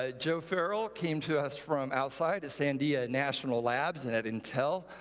ah joe farrel came to us from outside, at sandia national labs and at intel.